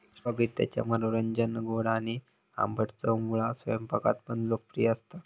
strawberry त्याच्या मनोरंजक गोड आणि आंबट चवमुळा स्वयंपाकात पण लोकप्रिय असता